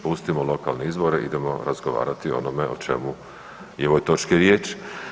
Pustimo lokalne izbore idemo razgovarati o onome o čemu je u ovoj točki riječ.